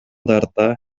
тарта